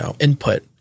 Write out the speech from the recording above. input